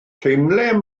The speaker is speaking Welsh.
teimlai